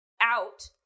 out